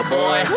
boy